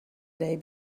day